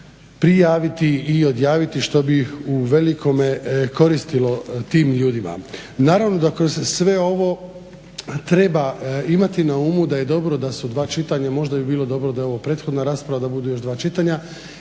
prijaviti i odjaviti što bi u velikome koristilo tim ljudima. Naravno da kroz sve ovo treba imati na umu da je dobro da su dva čitanja. Možda bi bilo dobro da je ovo prethodna rasprava, da budu još dva čitanja